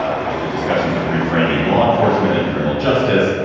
ah there's been discussions of reframing law enforcement and criminal justice.